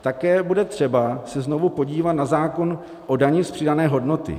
Také bude třeba se znovu podívat na zákon o dani z přidané hodnoty.